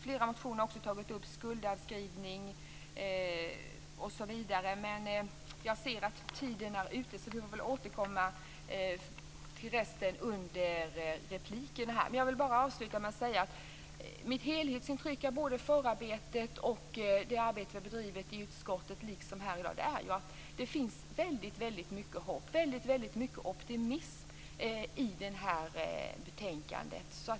Flera motioner har också tagit upp skuldavskrivning osv. Men jag ser att talartiden är ute, så jag får väl återkomma till resten under replikerna. Jag vill bara avsluta med att säga att mitt helhetsintryck av både förarbetet och det arbete vi har bedrivit i utskottet och här i dag är att det finns väldigt mycket hopp och optimism i det här betänkandet.